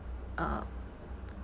uh